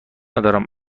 ندارم